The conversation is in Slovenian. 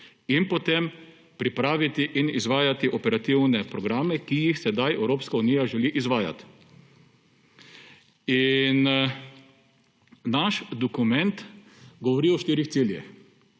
ter potem pripraviti in izvajati operativne programe, ki jih sedaj Evropska unija želi izvajati. Naš dokument govori o štirih ciljih.